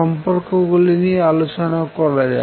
সম্পর্ক গুলি নিয়ে আলোচনা করা যাক